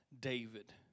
David